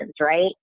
right